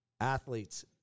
athletes